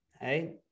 Hey